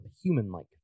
human-like